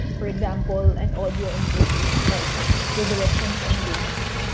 for example, an audio interface like the directions on winds.